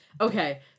Okay